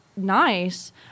nice